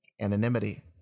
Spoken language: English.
anonymity